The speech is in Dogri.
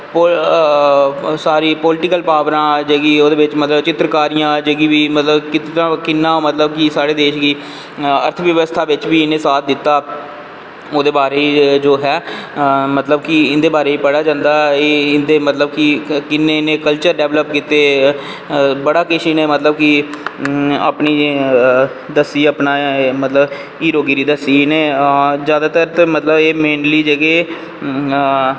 सारी पोलटिकल पॉवरां जेह्का ओह्दे बिच्च मतलव चित्तरकारियां जेह्की बी मतलव किन्ना साढ़े देश गी अर्थ व्यबस्था बिच्च बी इनें साथ दित्ता ओह्दे बार च जो बी ऐ इंदे बारे च पढ़ेआ जंदा कु किन्ने मतलव इनें कल्चर डैवलप कीते बड़ा किश इनैं मतलव कि अपनी दस्सी अपना मतलव कि हीरोगिरी दस्सी जादातर ते एह् मतलव